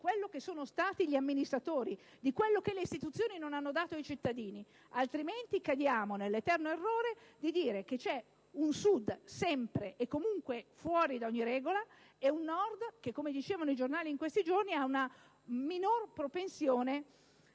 quello che sono stati gli amministratori, di quello che le istituzioni non hanno dato ai cittadini, altrimenti cadiamo nell'eterno errore di dire che c'è un Sud sempre e comunque fuori da ogni regola e un Nord che, come dicevano i giornali in questi giorni, ha una minor propensione